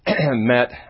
met